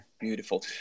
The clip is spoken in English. Beautiful